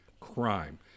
Crime